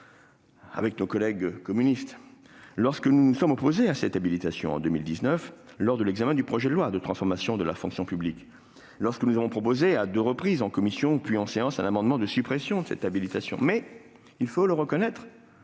avec nos collègues communistes, lorsque nous nous sommes opposés à cette habilitation, lors de l'examen du projet de loi de transformation de la fonction publique, en 2019. Nous avions proposé, à deux reprises, en commission puis en séance, un amendement de suppression. Cependant, il faut reconnaître